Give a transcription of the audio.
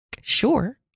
Sure